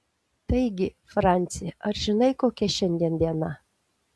taigi franci ar žinai kokia šiandien diena